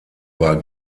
war